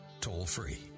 toll-free